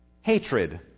hatred